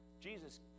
Jesus